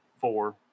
four